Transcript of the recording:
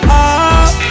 up